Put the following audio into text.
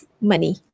money